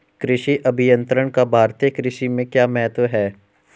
कृषि अभियंत्रण का भारतीय कृषि में क्या महत्व है?